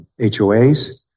HOAs